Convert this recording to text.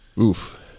Oof